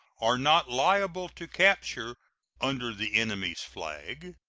are not liable to capture under the enemy's flag.